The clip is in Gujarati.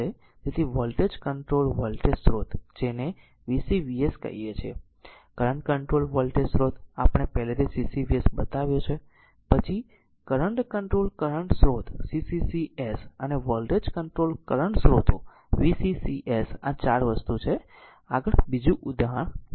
તેથી વોલ્ટેજ કંટ્રોલ્ડ વોલ્ટેજ સ્રોત જેને આપણે VCVS કહીએ છીએ કરંટ કંટ્રોલ્ડ વોલ્ટેજ સ્રોત આપણે પહેલાથી CCVS બતાવ્યો છે પછી કરંટ કંટ્રોલ્ડ કરંટ સ્રોત CCCS અને વોલ્ટેજ કંટ્રોલ્ડ કરંટ સ્રોતો VCCS આ 4 વસ્તુ છે આગળ બીજું ઉદાહરણ લો